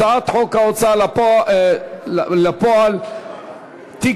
הצעת חוק ההוצאה לפועל (תיקון,